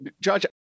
Judge